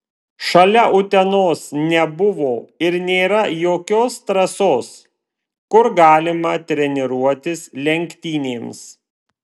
šalia utenos nebuvo ir nėra jokios trasos kur galima treniruotis lenktynėms